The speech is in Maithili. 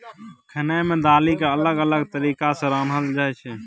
खेनाइ मे दालि केँ अलग अलग तरीका सँ रान्हल जाइ छै